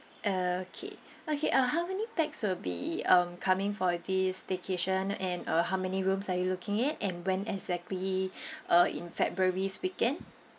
okay okay uh how many pax will be um coming for this staycation and uh how many rooms are you looking at and when exactly uh in february weekend